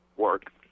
work